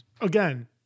Again